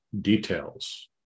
details